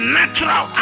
natural